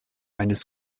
eines